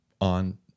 on